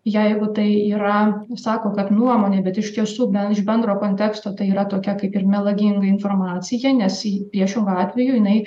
jeigu tai yra sako kad nuomonė bet iš tiesų bent iš bendro konteksto tai yra tokia kaip ir melaginga informacija nes ji priešingu atveju jinai